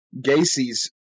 Gacy's